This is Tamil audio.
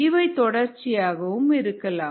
இவை தொடர்ச்சியாக இருக்கலாம்